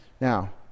Now